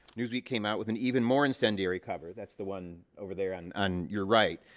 newsweek came out with an even more incendiary cover that's the one over there on on you're right